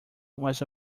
was